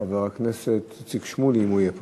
חבר הכנסת איציק שמולי, אם הוא יהיה פה.